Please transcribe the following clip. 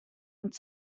und